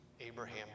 Abraham